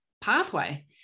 pathway